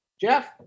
Jeff